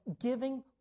giving